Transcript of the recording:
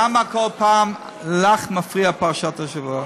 למה כל פעם מפריע לך פרשת השבוע?